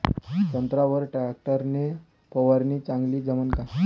संत्र्यावर वर टॅक्टर न फवारनी चांगली जमन का?